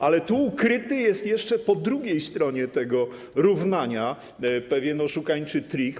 Ale tu ukryty jest jeszcze po drugiej stronie tego równania pewien oszukańczy trik.